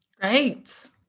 Great